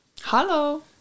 Hello